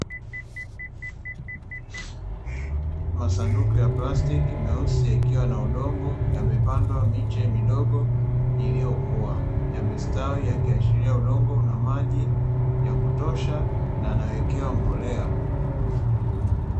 Masanduku ya plastiki meusi yakiwa na udongo, yamepandwa miche midogo iliyokua. Yamestawi yakiashiria udongo una maji ya kutosha na yanawekewa mbolea.